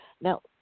Now